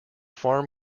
farm